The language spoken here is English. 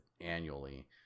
annually